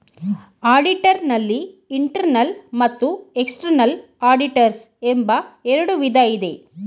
auditor ನಲ್ಲಿ internal ಮತ್ತು external auditors ಎಂಬ ಎರಡು ವಿಧ ಇದೆ